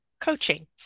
Coaching